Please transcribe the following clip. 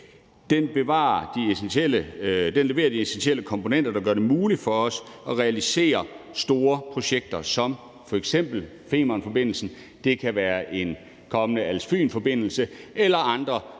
Den leverer de essentielle komponenter, der gør det muligt for os at realisere store projekter som f.eks. Femernforbindelsen. Det kan være en kommende Als-Fyn-forbindelse eller andre